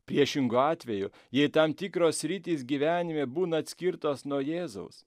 priešingu atveju jei tam tikros sritys gyvenime būna atskirtos nuo jėzaus